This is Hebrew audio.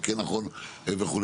או כן נכון וכו'.